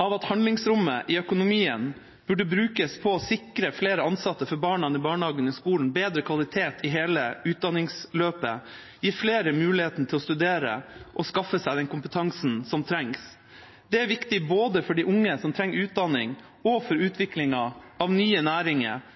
av at handlingsrommet i økonomien bør brukes til å sikre flere ansatte for barna i barnehagen og i skolen, sikre bedre kvalitet i hele utdanningsløpet og gi flere muligheten til å studere og skaffe seg den kompetansen som trengs. Det er viktig både for de unge som trenger utdanning, og for utviklingen av nye næringer